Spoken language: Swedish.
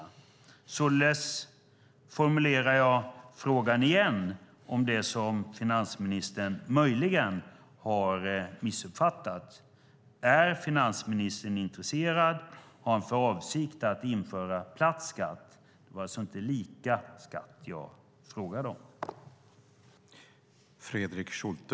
Således formulerar jag igen frågan om det som finansministern möjligen har missuppfattat: Är finansministern intresserad av och har för avsikt att införa platt skatt? Det var alltså inte lika skatt jag frågade om.